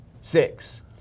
six